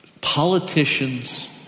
Politicians